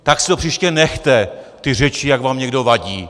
Tak si to příště nechte, ty řeči, jak vám někdo vadí.